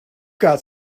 got